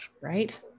right